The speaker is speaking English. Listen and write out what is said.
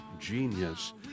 Genius